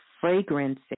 fragrance